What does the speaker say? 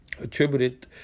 attributed